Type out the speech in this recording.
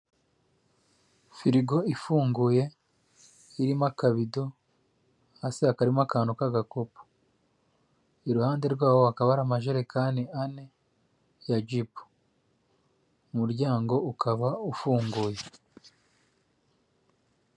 Firigo ifunguye irimo akabido hasi karimo akantu k'agakopo, iruhande rwaho hakaba hari amajerekani ane ya jibu, umuryango ukaba ufunguye.